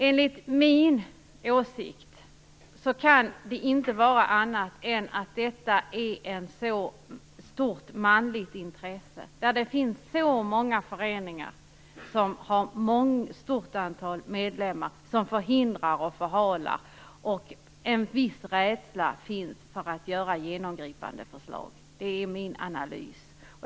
Enligt min åsikt kan det inte bero på något annat än att detta är ett stort manligt intresse. Det finns många föreningar som har ett stort antal medlemmar som förhindrar och förhalar. En viss rädsla finns för att genomföra genomgripande förslag. Det är min analys.